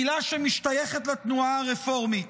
קהילה שמשתייכת לתנועה הרפורמית.